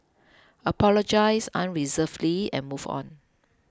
apologise unreservedly and move on